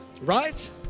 Right